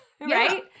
Right